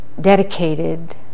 dedicated